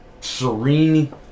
serene